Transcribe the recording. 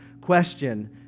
question